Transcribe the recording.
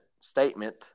statement